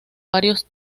varios